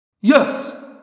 Yes